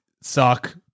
suck